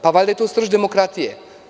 Pa, valjda je to srž demokratije.